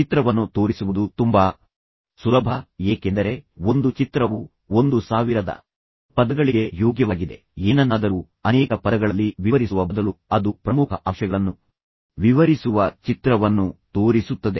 ಚಿತ್ರವನ್ನು ತೋರಿಸುವುದು ತುಂಬಾ ಸುಲಭ ಏಕೆಂದರೆ ಒಂದು ಚಿತ್ರವು 1000 ಪದಗಳಿಗೆ ಯೋಗ್ಯವಾಗಿದೆ ಎಂದು ಹೇಳಲಾಗುತ್ತದೆ ಏನನ್ನಾದರೂ ಅನೇಕ ಪದಗಳಲ್ಲಿ ವಿವರಿಸುವ ಬದಲು ಅದು ಪ್ರಮುಖ ಅಂಶಗಳನ್ನು ವಿವರಿಸುವ ಚಿತ್ರವನ್ನು ತೋರಿಸುತ್ತದೆ